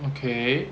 okay